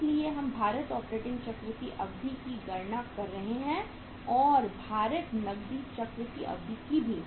इसलिए हम भारित ऑपरेटिंग चक्र की अवधि की गणना कर रहे हैं और भारित नकदी चक्र की अवधि की भी